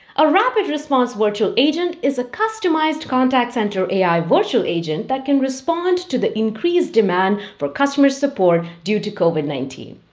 a rapid response virtual agent is a customized contact center ai virtual agent that can respond to the increased demand for customer support due to covid nineteen.